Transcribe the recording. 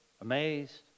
amazed